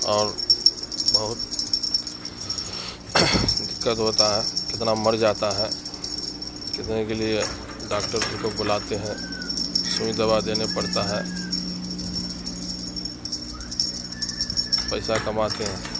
اور بہت دقت ہوتا ہے کتنا مر جاتا ہے کتنے کے لیے ڈاکٹر کو بلاتے ہیں سوئی دوا دینے پڑتا ہے پیسہ کماتے ہیں